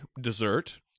dessert